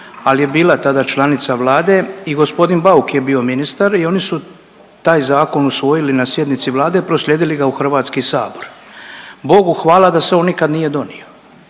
al je bila tada članica Vlade i g. Bauk je bio ministar i oni su taj zakon usvojili na sjednici Vlade i proslijedili ga u HS. Bogu hvala da se on nikad nije donio